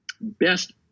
best